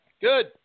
Good